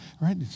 right